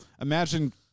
Imagine